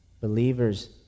believers